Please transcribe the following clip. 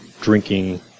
drinking